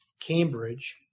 Cambridge